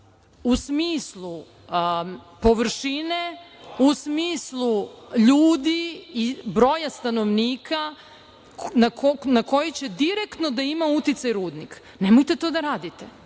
u smislu površine, u smislu ljudi i broja stanovnika na koju će direktno da ima uticaj rudnik. Nemojte to da radite.